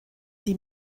die